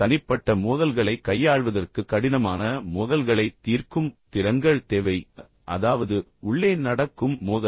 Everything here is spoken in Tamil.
தனிப்பட்ட மோதல்களைக் கையாள்வதற்கு கடினமான மோதல்களைத் தீர்க்கும் திறன்கள் தேவை அதாவது உள்ளே நடக்கும் மோதல்கள்